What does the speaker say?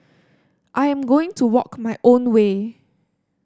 I am going to walk my own way